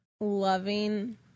loving